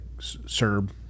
serb